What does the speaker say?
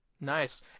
Nice